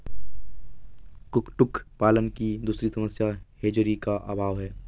कुक्कुट पालन की दूसरी समस्या हैचरी का अभाव है